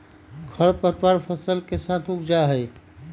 खर पतवार फसल के साथ उग जा हई